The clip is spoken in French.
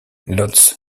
łódź